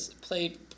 played